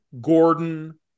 Gordon